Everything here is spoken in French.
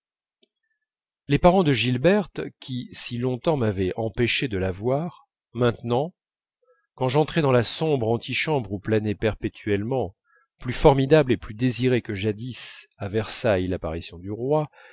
les parents de gilberte qui si longtemps m'avaient empêché de la voir maintenant quand j'entrais dans la sombre antichambre où planait perpétuellement plus formidable et plus désirée que jadis à versailles l'apparition du roi